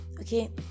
okay